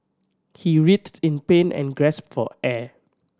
he writhed in pain and gasped for air